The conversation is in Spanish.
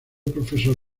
profesor